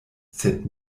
sed